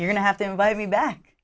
you're going to have to invite me back